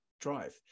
drive